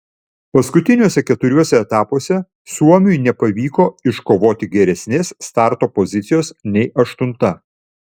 paskutiniuose keturiuose etapuose suomiui nepavyko iškovoti geresnės starto pozicijos nei aštunta